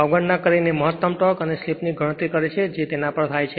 અવગણના કરીને મહત્તમ ટોર્ક અને તે સ્લિપ ની ગણતરી કરે છે કે જેના પર તે થાય છે